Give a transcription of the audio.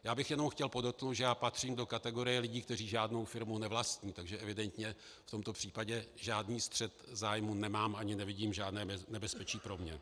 Já bych jenom chtěl podotknout, že patřím do kategorie lidí, kteří žádnou firmu nevlastní, takže evidentně v tomto případě žádný střet zájmů nemám ani nevidím žádné nebezpečí pro mě.